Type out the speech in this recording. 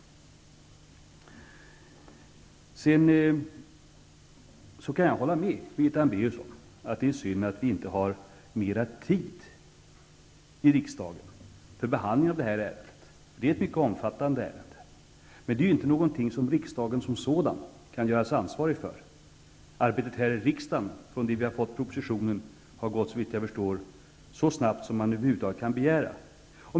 Jag kan hålla med Birgitta Hambraeus att det är synd att vi inte har mer tid för behandling i riksdagen av det här ärendet. Ärendet är mycket omfattande. Att det förhåller sig så är emellertid inte någonting som riksdagen kan göras ansvarig för. Arbetet här i riksdagen, från det vi fick propositionen, har gått såvitt jag förstår så snabbt som man över huvud taget kan begära.